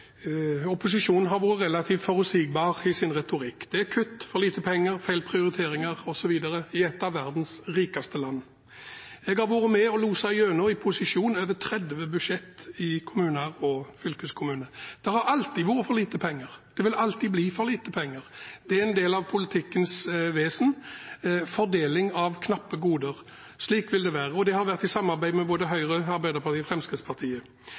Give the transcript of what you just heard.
opposisjonen har vært relativt forutsigbar i sin retorikk: Det er kutt, for lite penger, feil prioriteringer, osv. – i et av verdens rikeste land. Jeg har vært med og loset igjennom i posisjon over 30 budsjetter i kommuner og fylkeskommune. Det har alltid vært for lite penger. Det vil alltid bli for lite penger. Fordeling av knappe goder er en del av politikkens vesen. Slik vil det være. Og dette har vært i samarbeid med både Høyre, Arbeiderpartiet og Fremskrittspartiet.